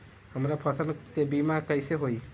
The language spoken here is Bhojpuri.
हमरा फसल के बीमा कैसे होई?